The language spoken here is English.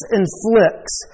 inflicts